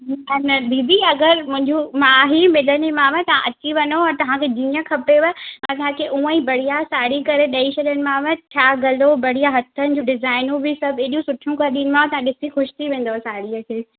अना दीदी अगरि मुंहिंजो मां ई मिलंदीमांव तव्हां अची वञो ऐं तव्हांखे जीअं खपेव असांखे उअईं त्यारु साड़ी करे ॾेई छॾींदीमांव छा गलो बढ़िया हथनि जो डिज़ाइनूं बि सब हेॾियूं सुठियूं करे ॾींदीमांव तव्हां ॾिसी ख़ुश थी वेंदव साड़ीअ खे